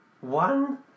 One